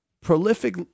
prolific